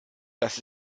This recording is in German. das